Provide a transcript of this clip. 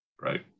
right